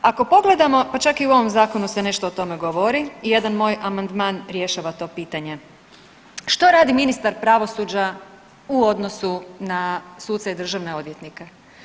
Ako pogledamo, pa čak i u ovom zakonu se nešto o tome govori, jedan moj amandman rješava to pitanje, što radi ministar pravosuđa u odnosu na suce i državne odvjetnike.